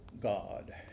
God